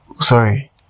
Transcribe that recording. Sorry